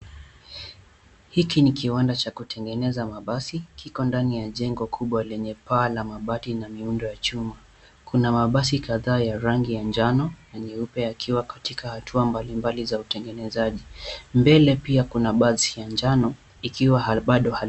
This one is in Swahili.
Hiki ni kiwanda cha kutengeneza mabasi, kiko ndani ya jengo kubwa lenye paa la mabati miundo ya chuma , kuna mabasi kadhaa ya rangi ya njano na nyeupe yakiwa katika hatua mbalimbali za utengenezaji. Mbele pia kuna basi ya njano ikiwa bado hali...